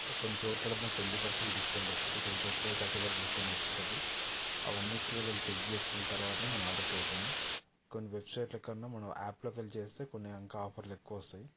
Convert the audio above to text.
కొన్ని చోట్లలో మనకు ట్వంటీ పర్సెంట్ డిస్కౌంట్ వస్తుంటుంది కొన్ని చోట్లలో థర్టీ పర్సెంట్ డిస్కౌంట్ వస్తుంటుంది అవన్నిట్లో చెక్ చేసుకున్న తర్వాతే మనం ఆర్డర్ చేస్తాము కొన్ని వెబ్సైట్ల కన్నా మనం యాప్లోకి వెళ్ళి చేస్తే కొన్ని ఇంకా ఆఫర్లు ఎక్కువ వస్తాయి